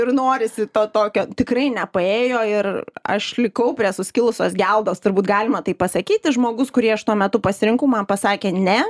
ir norisi to tokio tikrai nepaėjo ir aš likau prie suskilusios geldos turbūt galima tai pasakyti žmogus kurį aš tuo metu pasirinkau man pasakė ne